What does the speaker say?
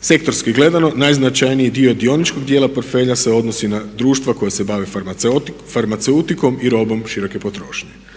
Sektorski gledano, najznačajniji dio dioničkog djela portfelja se odnosi na društva koja se bave farmaceutikom i robom široke potrošnje.